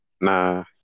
nah